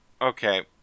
okay